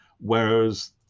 whereas